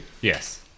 Yes